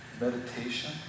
meditation